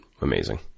amazing